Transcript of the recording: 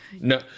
No